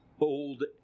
old